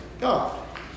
God